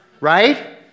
Right